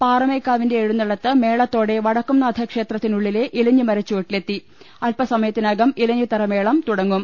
പാറമേക്കാ വിന്റെ എഴുന്നള്ളത്ത് മേളത്തോടെ വടക്കുംനാഥ ക്ഷേത്രത്തിനു ള്ളിലെ ഇലഞ്ഞിമരച്ചുവട്ടിൽ എത്തി അൽപസമയ്യത്തിനകം ഇല ഞ്ഞിത്തറമേളം തുടങ്ങും